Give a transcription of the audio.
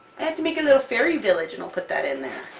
have to make a little fairy village and i'll put that in there!